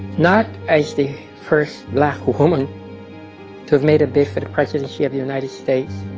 not as the first black woman to have made a bid for the presidency of the united states,